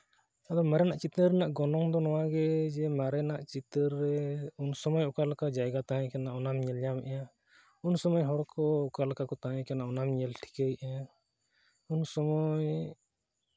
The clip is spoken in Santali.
ᱟᱫᱚ ᱢᱟᱨᱮᱱᱟᱜ ᱪᱤᱛᱟᱹᱨ ᱨᱮᱱᱟᱜ ᱜᱚᱱᱚᱝ ᱫᱚ ᱱᱚᱣᱟ ᱜᱮ ᱡᱮ ᱢᱟᱨᱮᱱᱟᱜ ᱪᱤᱛᱟᱹᱨ ᱨᱮ ᱩᱱ ᱥᱚᱢᱚᱭ ᱚᱠᱟ ᱞᱮᱠᱟ ᱡᱟᱭᱜᱟ ᱛᱟᱦᱮᱸ ᱠᱟᱱᱟ ᱚᱱᱟᱢ ᱧᱮᱞ ᱧᱟᱢᱮᱫᱼᱟ ᱩᱱ ᱥᱚᱢᱚᱭ ᱦᱚᱲ ᱠᱚ ᱚᱠᱟ ᱞᱮᱠᱟ ᱠᱚ ᱛᱟᱦᱮᱸ ᱠᱟᱱᱟ ᱚᱱᱟᱢ ᱧᱮᱞ ᱴᱷᱤᱠᱟᱹᱭᱮᱫᱼᱟ ᱩᱱ ᱥᱚᱢᱚᱭ